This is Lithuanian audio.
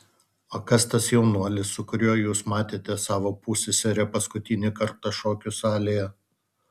o kas tas jaunuolis su kuriuo jūs matėte savo pusseserę paskutinį kartą šokių salėje